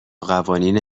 قوانین